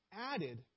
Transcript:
added